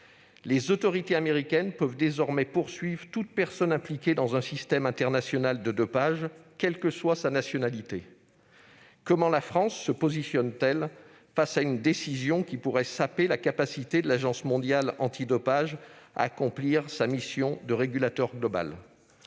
Les autorités américaines peuvent désormais poursuivre toute personne impliquée dans un système international de dopage, quelle que soit sa nationalité. Comment la France se positionne-t-elle face à une décision qui pourrait saper la capacité de l'Agence mondiale antidopage à accomplir sa mission de régulateur global ?